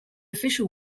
official